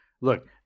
look